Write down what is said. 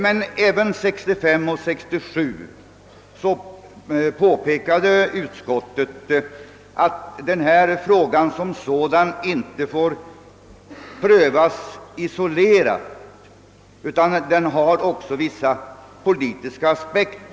Men även 1965 och 1967 påpekades att frågan som sådan inte får prövas isolerat, ty den har också vissa politiska aspekter.